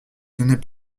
tenait